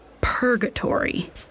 purgatory